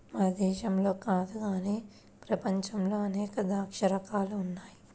మన దేశంలో కాదు గానీ ప్రపంచంలో అనేక ద్రాక్ష రకాలు ఉన్నాయి